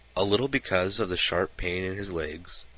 a little because of the sharp pain in his legs,